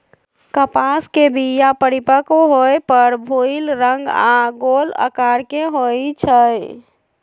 कपास के बीया परिपक्व होय पर भूइल रंग आऽ गोल अकार के होइ छइ